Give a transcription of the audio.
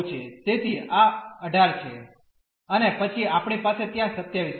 તેથી આ 18 છે અને પછી આપણી પાસે ત્યાં 27 છે